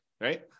right